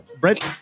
Brent